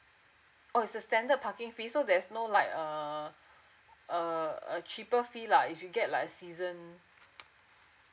oh is the standard parking fee so there's no like uh err err cheaper fee lah if you get like a season